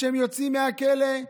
שכשהם יוצאים מהכלא,